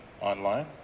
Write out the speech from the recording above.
Online